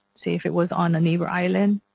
say if it was on a neighbor island.